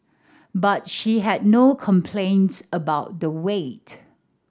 but she had no complaints about the wait